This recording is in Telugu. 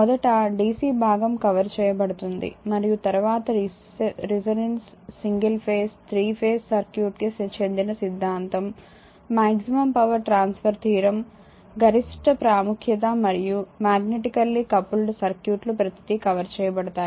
మొదట dc భాగం కవర్ చేయబడుతుంది మరియు తరువాత resonance single phase three phases circuit కి చెందిన సిద్ధాంతం మాక్సిమమ్ పవర్ ట్రాన్స్ఫర్ థీరం గరిష్ట ప్రాముఖ్యత మరియు మ్యాగ్నెటికల్లి కపుల్డ్ సర్క్యూట్లు ప్రతీది కవర్ చేయబడతాయి